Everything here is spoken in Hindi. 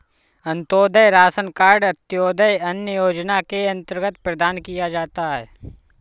अंतोदय राशन कार्ड अंत्योदय अन्न योजना के अंतर्गत प्रदान किया जाता है